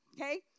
okay